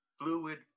fluid